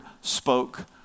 spoke